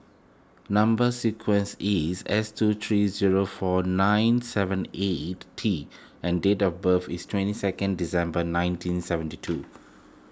Number Sequence is S two three zero four nine seven eight T and date of birth is twenty second December nineteen seventy two